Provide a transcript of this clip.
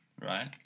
right